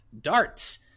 Darts